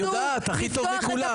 את יודעת הכי טוב מכולם.